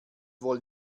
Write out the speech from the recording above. wohl